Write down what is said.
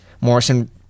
Morrison